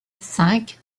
cinq